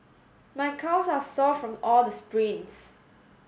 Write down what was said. my calves are sore from all the sprints